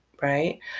right